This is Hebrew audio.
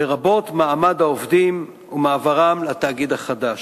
לרבות מעמד העובדים ומעברם לתאגיד החדש.